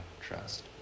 trust